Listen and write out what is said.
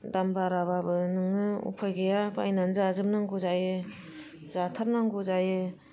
दाम बाराबाबो नोङो उफाय गैया बायनानै जाजाबनांगौ जायो जाथारनांगौ जायो